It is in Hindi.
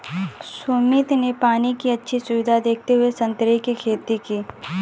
सुमित ने पानी की अच्छी सुविधा देखते हुए संतरे की खेती की